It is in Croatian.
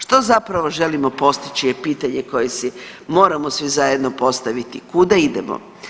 Što zapravo želimo postići je pitanje koje si moramo svi zajedno postaviti kuda idemo?